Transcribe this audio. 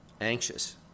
Anxious